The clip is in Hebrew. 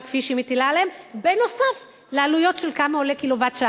כפי שהיא מטילה עליהם נוסף על העלויות של כמה עולה קילוואט-שעה.